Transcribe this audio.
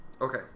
Okay